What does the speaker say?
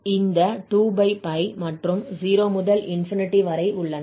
இந்த 2 மற்றும் 0 முதல் வரை உள்ளன